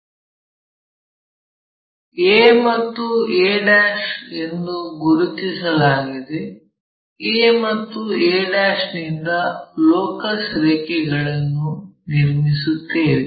a ಮತ್ತು a' ಎಂದು ಗುರುತಿಸಲಾಗಿದೆ a ಮತ್ತು a' ನಿಂದ ಲೋಕಸ್ ರೇಖೆಗಳನ್ನು ನಿರ್ಮಿಸುತ್ತೇವೆ